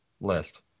list